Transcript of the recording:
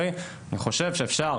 אני חושב שאפשר,